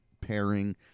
pairing